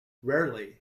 rarely